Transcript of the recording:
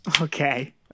Okay